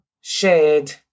shared